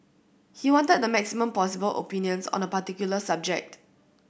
he wanted the maximum possible opinions on a particular subject